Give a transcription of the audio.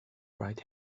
right